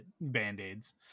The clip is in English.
band-aids